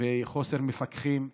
וחוסר במפקחים.